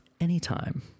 anytime